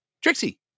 Trixie